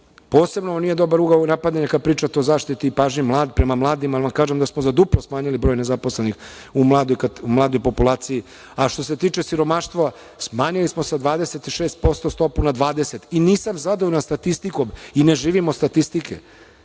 Posebno vam nije dobar ugao napadanja kada pričate o zaštiti i pažnji prema mladima, jer vam kažem da smo za duplo smanjili broj nezaposlenih u mladoj populaciji. Što se tiče siromaštva, smanjili smo sa 26% stopu na 20%. Nisam zadovoljan statistikom i ne živim od statistike,